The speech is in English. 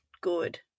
good